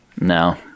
No